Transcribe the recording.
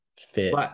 fit